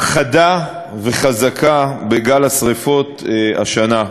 חדה וחזקה בגל השרפות השנה,